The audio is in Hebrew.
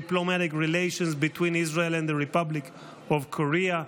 relations between Israel and the Republic of Korea.